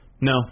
No